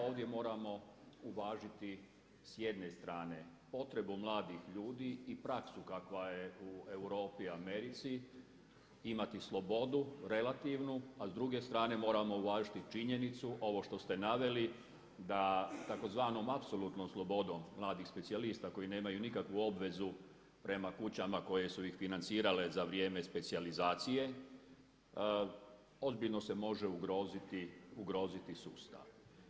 Ovdje moramo uvažiti s jedne strane potrebu mladih ljudi i praksu kakva je u Europi i Americi, imati slobodu relativnu a s druge strane moramo uvažiti činjenicu, ovo što ste naveli da tzv. apsolutnom slobodom mladih specijalista koji nemaju nikakvu obvezu prema kućama koje su ih financirale za vrijeme specijalizacije ozbiljno se može ugroziti sustav.